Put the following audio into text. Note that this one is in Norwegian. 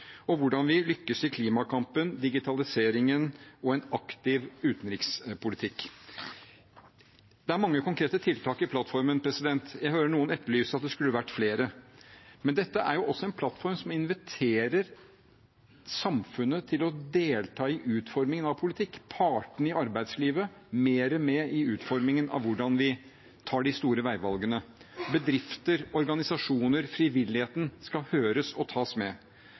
og hvordan lykkes vi i klimakampen, digitaliseringen og en aktiv utenrikspolitikk? Det er mange konkrete tiltak i plattformen. Jeg hører noen etterlyse at det skulle vært flere, men dette er også en plattform som inviterer samfunnet til å delta i utformingen av politikk, til at partene i arbeidslivet blir mer med i utformingen av hvordan vi tar de store veivalgene. Bedrifter, organisasjoner og frivilligheten skal høres og tas med.